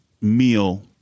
meal